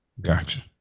Gotcha